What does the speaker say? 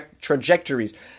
trajectories